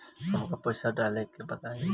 हमका पइसा डाले के बा बताई